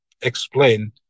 explain